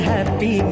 Happy